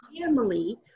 family